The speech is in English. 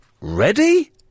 Ready